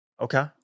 Okay